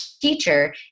teacher